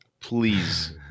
please